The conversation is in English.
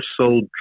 sold